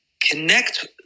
connect